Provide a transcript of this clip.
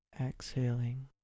Exhaling